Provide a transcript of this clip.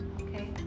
Okay